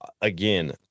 again